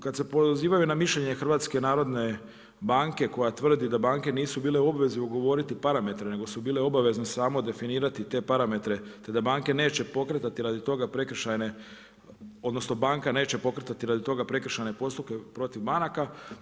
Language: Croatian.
Kada se pozivaju na mišljenje HNB koja tvrdi da banke nisu bile u obvezi ugovoriti parametre nego su bile obavezne samo definirati te parametre, te da banke neće pokretati radi toga prekršajne odnosno banka neće pokretati radi toga prekršajne postupke protiv banaka.